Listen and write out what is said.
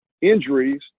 injuries